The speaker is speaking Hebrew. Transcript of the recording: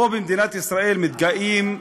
פה, במדינת ישראל, מתגאים,